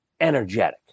energetic